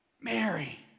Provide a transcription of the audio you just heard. Mary